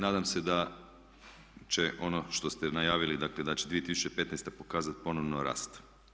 Nadam se da će ono što ste najavili, dakle da će 2015. pokazati ponovno rast.